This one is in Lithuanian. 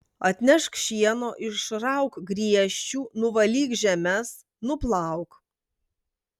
atnešk šieno išrauk griežčių nuvalyk žemes nuplauk